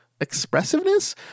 expressiveness